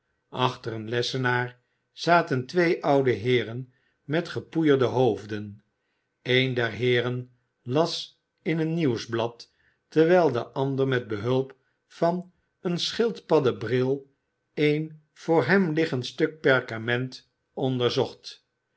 achter een lessenaar zaten twee oude heeren met gepoeierde hoofden een der heeren las in een nieuwsblad terwijl de ander met behulp van een schildpadden bril een voor hem liggend stuk perkament onderzocht